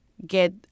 Get